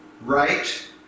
right